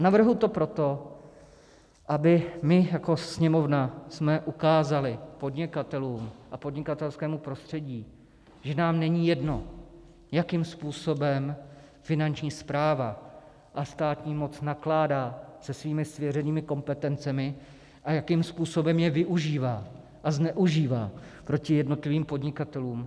Navrhuji to proto, abychom my jako Sněmovna ukázali podnikatelům a podnikatelskému prostředí, že nám není jedno, jakým způsobem Finanční správa a státní moc nakládá se svými svěřenými kompetencemi a jakým způsobem je využívá a zneužívá proti jednotlivým podnikatelům.